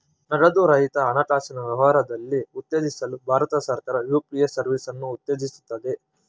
ನಗದು ರಹಿತ ಹಣಕಾಸಿನ ವ್ಯವಹಾರವನ್ನು ಉತ್ತೇಜಿಸಲು ಭಾರತ ಸರ್ಕಾರ ಯು.ಪಿ.ಎ ಸರ್ವಿಸನ್ನು ಉತ್ತೇಜಿಸುತ್ತದೆ